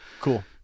Cool